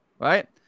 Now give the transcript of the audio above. right